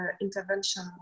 intervention